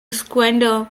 squander